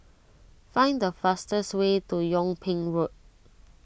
find the fastest way to Yung Ping Road